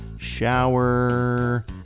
shower